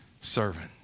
servant